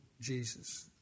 Jesus